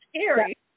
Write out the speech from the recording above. scary